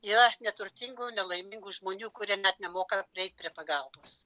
yra neturtingų nelaimingų žmonių kurie net nemoka prieit prie pagalbos